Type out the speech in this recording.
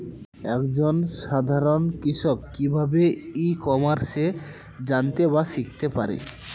এক জন সাধারন কৃষক কি ভাবে ই কমার্সে জানতে বা শিক্ষতে পারে?